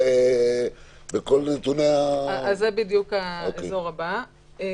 זה בדיוק האזור הבא.